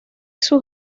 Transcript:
sus